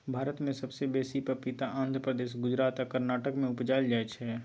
भारत मे सबसँ बेसी पपीता आंध्र प्रदेश, गुजरात आ कर्नाटक मे उपजाएल जाइ छै